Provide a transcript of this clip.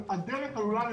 הדרך עלולה לסכן,